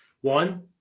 One